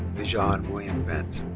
bijan william bendt.